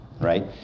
right